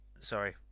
sorry